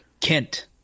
Kent